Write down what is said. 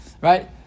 Right